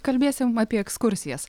kalbėsim apie ekskursijas